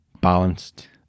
Balanced